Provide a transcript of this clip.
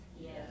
Yes